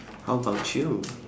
how about you